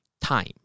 time